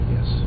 Yes